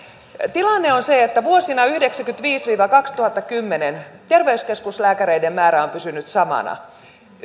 tilanne on se että vuosina tuhatyhdeksänsataayhdeksänkymmentäviisi viiva kaksituhattakymmenen terveyskeskuslääkäreiden määrä on pysynyt samana